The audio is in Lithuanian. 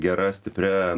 gera stipria